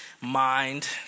mind